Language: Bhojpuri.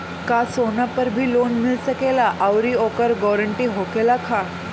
का सोना पर भी लोन मिल सकेला आउरी ओकर गारेंटी होखेला का?